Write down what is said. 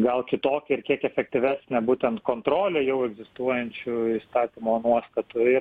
gal kitokią ir kiek efektyvesnę būtent kontrolę jau egzistuojančių įstatymo nuostatų ir